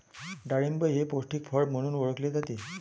डाळिंब हे पौष्टिक फळ म्हणून ओळखले जाते